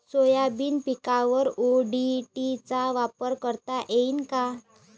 Soybean पिकावर ODT चा वापर करता येईन का?